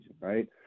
right